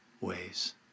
ways